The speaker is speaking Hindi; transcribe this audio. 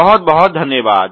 बहुत बहुत धन्यवाद